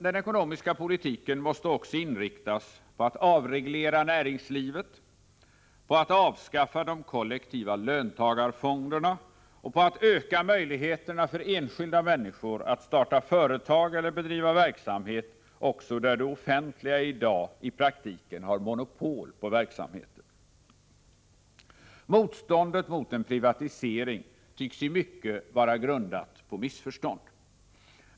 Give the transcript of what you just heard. Den ekonomiska politiken måste också inriktas på att avreglera näringslivet, att avskaffa de kollektiva löntagarfonderna och att öka möjligheterna för enskilda människor att starta företag eller bedriva verksamhet också där det offentliga i dag i praktiken har monopol på verksamheten. Motståndet mot en privatisering tycks i mycket vara grundat på missförstånd.